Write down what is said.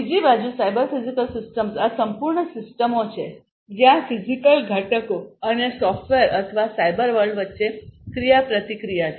બીજી બાજુ cyber physical systems આ સંપૂર્ણ સિસ્ટમો છે જ્યાં ફિઝિકલ ઘટકો અને સોફ્ટવેર અથવા સાયબર વર્લ્ડ વચ્ચે ક્રિયાપ્રતિક્રિયા છે